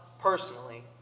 personally